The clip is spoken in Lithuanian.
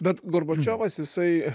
bet gorbačiovas jisai